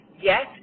Yes